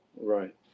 Right